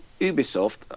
Ubisoft